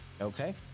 okay